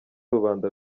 rubanda